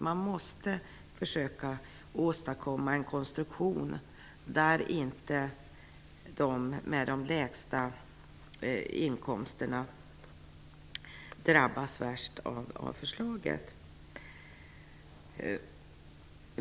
Man måste försöka åstadkomma en konstruktion där de som har de lägsta inkomsterna inte drabbas värst av förslaget.